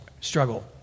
struggle